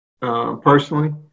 personally